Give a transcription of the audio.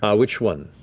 ah which one?